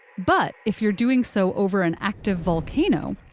but if you're doing so over an active volcano,